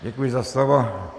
Děkuji za slovo.